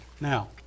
Now